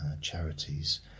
charities